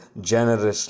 generously